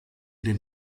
den